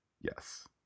Yes